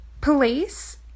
police